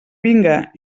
vinga